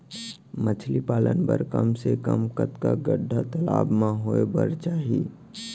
मछली पालन बर कम से कम कतका गड्डा तालाब म होये बर चाही?